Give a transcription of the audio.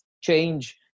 change